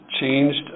changed